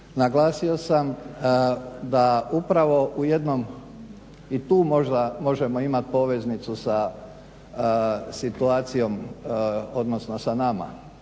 naglasio sam da upravo u jednom i tu možda možemo imati poveznicu sa situacijom odnosno sa nama